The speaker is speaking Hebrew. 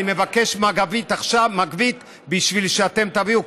אני מבקש מגבית עכשיו בשביל שאתם תביאו,